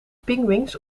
pinguïns